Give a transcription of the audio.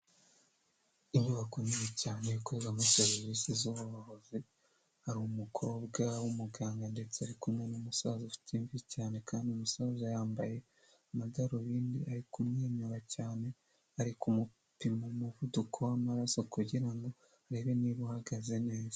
Inyubako nini cyane ikoreramo serivisi z'ubuvuzi, hari umukobwa wumuganga ndetse ari kumwe n'umusaza ufite imvi cyane kandi umusaza yambaye amadarubindi ari kumwnyura cyane, ari kumupima umuvuduko w'amaraso kugirango arebe niba uhagaze neza.